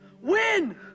Win